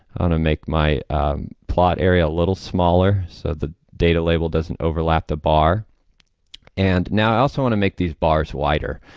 want to make my plot area a little smaller so the data label doesn't overlap the bar and now i also want to make these bars wider,